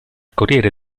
corriere